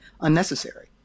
unnecessary